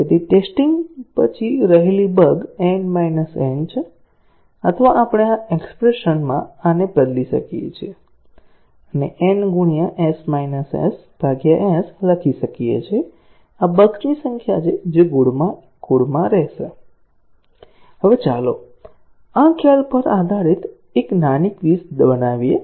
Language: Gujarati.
તેથી ટેસ્ટીંગ પછી રહેલી બગ N n છે અથવા આપણે આ એક્ષ્પ્રેશન માં આને બદલી હવે ચાલો આ ખ્યાલ પર આધારિત એક નાની ક્વિઝ બનાવીએ